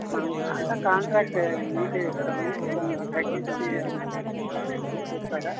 అంత కాంట్రాక్టే మీకే ఇస్తాము కొంచెం తగ్గించి ఏమైనా చూస్తారా